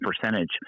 percentage